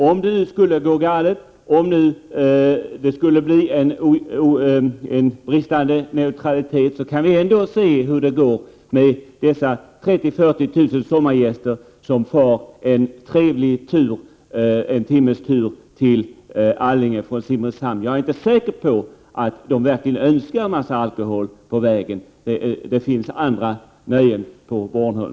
Om det nu skulle gå galet och det skulle bli en bristande neutralitet, kan vi ändå se hur det går med dessa 30 000-40 000 sommargäster som tar en trevlig entimmestur till Allinge från Simrishamn. Jag är inte säker på att de verkligen önskar en massa alkohol. Det finns andra nöjen på Bornholm.